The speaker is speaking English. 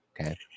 Okay